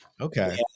okay